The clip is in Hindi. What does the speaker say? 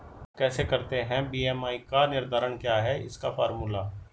कैसे करते हैं बी.एम.आई का निर्धारण क्या है इसका फॉर्मूला?